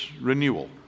renewal